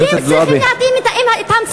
אנחנו כן צריכים להתאים את המציאות.